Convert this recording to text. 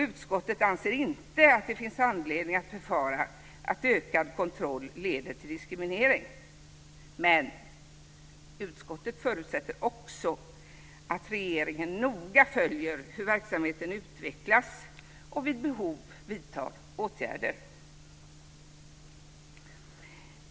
Utskottet anser inte att det finns anledning att befara att ökad kontroll leder till diskriminering men förutsätter att regeringen noga följer hur verksamheten utvecklas och vid behov vidtar åtgärder.